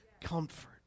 comfort